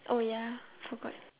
oh ya forgot